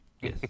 Yes